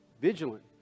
vigilant